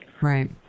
Right